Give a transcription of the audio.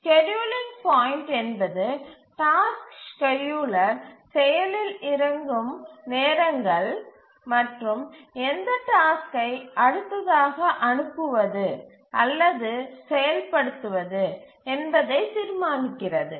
scheduling point என்பது task scheduler செயலில் இறங்கும் நேரங்கள் மற்றும் எந்த டாஸ்க்கை அடுத்ததாக அனுப்புவது அல்லது செயல்படுத்துவது என்பதை தீர்மானிக்கிறது